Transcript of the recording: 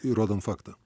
įrodant faktą